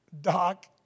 doc